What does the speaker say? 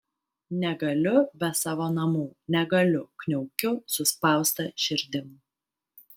negaliu be savo namų negaliu kniaukiu suspausta širdim